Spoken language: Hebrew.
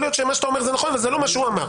אולי מה שאתה אומר נכון אבל זה לא מה שהוא אמר.